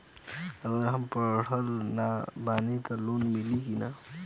अगर हम पढ़ल ना बानी त लोन मिली कि ना?